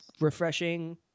refreshing